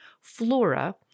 Flora